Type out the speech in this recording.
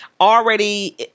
already